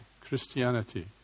Christianity